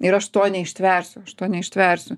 ir aš to neištversiu aš to neištversiu